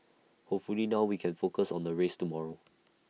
hopefully now we can focus on the race tomorrow